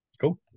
cool